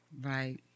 Right